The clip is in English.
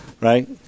Right